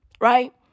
right